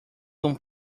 con